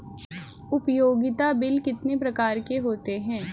उपयोगिता बिल कितने प्रकार के होते हैं?